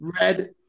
Red